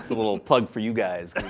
little and plug for you guys.